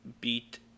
beat